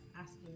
asking